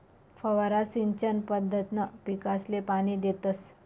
फवारा सिंचन पद्धतकंन पीकसले पाणी देतस